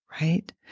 right